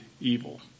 evil